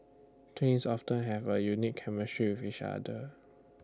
twins often have A unique chemistry with each other